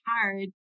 hard